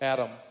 Adam